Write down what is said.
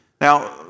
Now